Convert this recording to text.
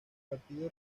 partido